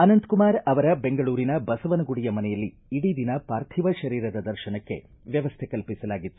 ಅನಂತಕುಮಾರ ಅವರ ಬೆಂಗಳೂರಿನ ಬಸವನಗುಡಿಯ ಮನೆಯಲ್ಲಿ ಇಡೀ ದಿನ ಪಾರ್ಥಿವ ಶರೀರದ ದರ್ಶನಕ್ಕೆ ವ್ಯವಸ್ಥೆ ಕಲ್ಪಿಸಲಾಗಿತ್ತು